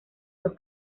dos